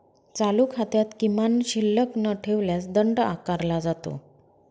चालू खात्यात किमान शिल्लक न ठेवल्यास दंड आकारला जातो